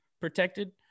protected